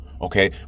okay